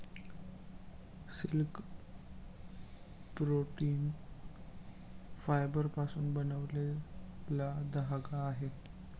silk protein फायबरपासून बनलेला धागा आहे